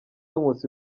nkusi